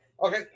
Okay